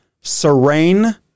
serene